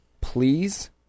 please